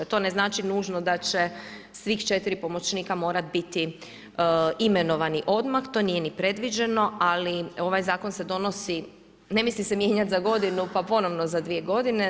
To ne znači nužno da će svih 4 pomoćnika morati biti imenovani odmah, to nije ni predviđeno ali ovaj zakon se donosi, ne misli se mijenjati za godinu pa ponovno da 2 godine.